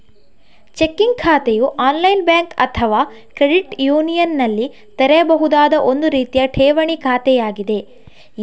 checking ಖಾತೆಯು online bank ಅಥವಾ credit ಯೂನಿಯನಿನಲ್ಲಿ ತೆರೆಯಬಹುದಾದ ಒಂದು ರೀತಿಯ ಠೇವಣಿ ಖಾತೆಯಾಗಿದೆ